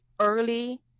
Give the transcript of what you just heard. early